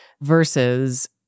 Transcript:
versus